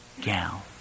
gal